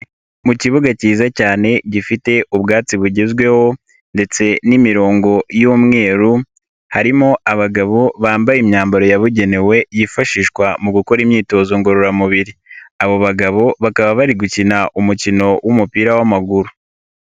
Mu kibuga cyiza cyane gifite ubwatsi bugezweho ndetse n'imirongo y'umweru harimo abagabo bambaye imyambaro yabugenewe yifashishwa mu gukora imyitozo ngororamubiri, abo bagabo bakaba bari gukina umukino w'umupira w'amaguru.